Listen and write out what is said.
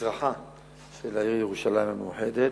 מזרחה של העיר ירושלים המאוחדת.